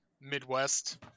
midwest